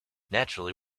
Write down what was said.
naturally